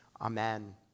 amen